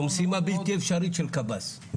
זו משימה בלתי אפשרית של קב"ס.